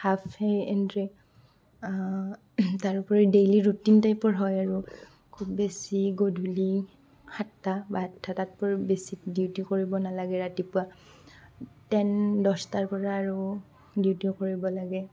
half এই entry তাৰোপৰি daily routine টাইপৰ হয় আৰু খুব বেছি গধূলি সাতটা বা আঠটা তাতকৈ বেছি ডিউটি কৰিব নালাগে ৰাতিপুৱা টেন দহটাৰ পৰা আৰু ডিউটি কৰিব লাগে